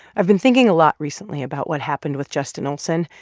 i've been thinking a lot recently about what happened with justin olsen,